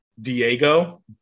Diego